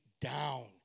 down